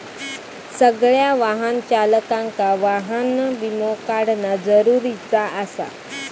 सगळ्या वाहन चालकांका वाहन विमो काढणा जरुरीचा आसा